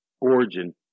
origin